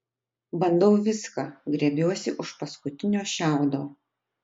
bandau viską grėbiuosi už paskutinio šiaudo